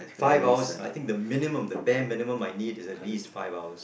five hours I think the minimum the bare minimum I need is at least five hours